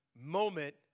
moment